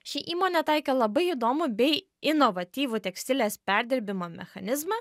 ši įmonė taikė labai įdomų bei inovatyvų tekstilės perdirbimo mechanizmą